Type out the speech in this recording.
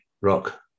Rock